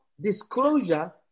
disclosure